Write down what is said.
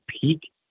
peak